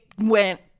went